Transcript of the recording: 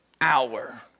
hour